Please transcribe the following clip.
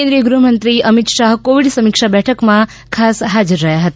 કેન્દ્રીય ગૃહમંત્રી અમિત શાહ કોવિડ સમીક્ષા બેઠકમાં હાજર રહ્યા હતા